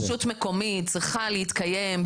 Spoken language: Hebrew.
רשות מקומית צריכה להתקיים,